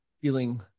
feeling